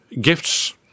gifts